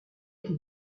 été